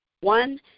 one